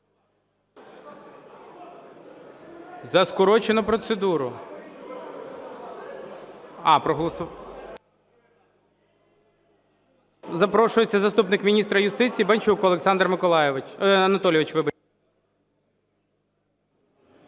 За скорочену процедуру.